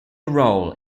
role